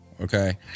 okay